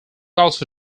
also